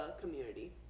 community